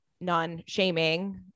non-shaming